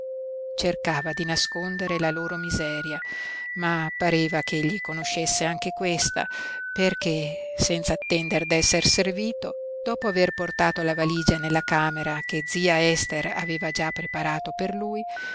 cercava di nascondere la loro miseria ma pareva ch'egli conoscesse anche questa perché senza attender d'esser servito dopo aver portato la valigia nella camera che zia ester aveva già preparato per lui